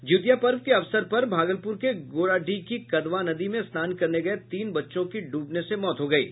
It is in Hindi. जिउतिया पर्व के अवसर पर भागलपुर के गोराडीह की कदवा नदी में स्नान करने गये तीन बच्चों की डूबने से मौत हो गयी